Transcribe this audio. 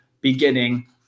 beginning